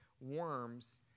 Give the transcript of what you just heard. worms